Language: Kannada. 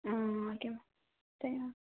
ಹಾಂ ಓಕೆ ಮ್ಯಾಮ್